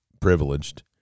privileged